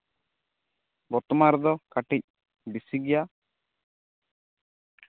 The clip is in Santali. ᱵᱚᱨᱛᱚᱢᱟᱱ ᱨᱮᱫᱚ ᱠᱟᱹᱴᱤᱡ ᱵᱮᱥᱤ ᱜᱮᱭᱟ